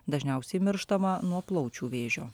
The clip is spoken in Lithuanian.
dažniausiai mirštama nuo plaučių vėžio